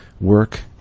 work